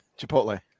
Chipotle